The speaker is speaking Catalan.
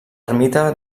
ermita